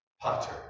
potter